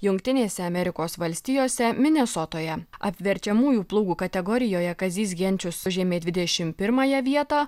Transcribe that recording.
jungtinėse amerikos valstijose minesotoje apverčiamųjų plūgų kategorijoje kazys genčius užėmė dvidešimt pirmąją vietą